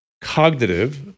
cognitive